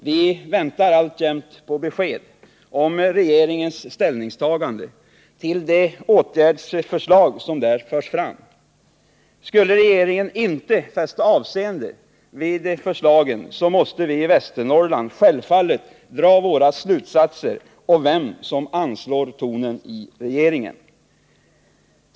Vi väntar alltjämt på besked om regeringens ställningstaganden till de åtgärdsförslag som där förs fram. Skulle regeringen inte fästa avseende vid förslagen, måste vi i Västernorrland självfallet dra våra slutsatser om vem som anslår tonen i regeringen.